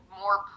more